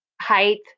height